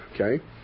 okay